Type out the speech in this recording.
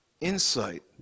insight